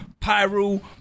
pyru